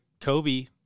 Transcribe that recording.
Kobe